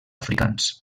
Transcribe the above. africans